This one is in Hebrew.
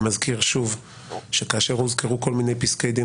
אני מזכיר שוב שכאשר הוזכרו כל מיני פסקי דין